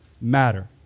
matter